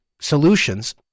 solutions